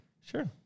Sure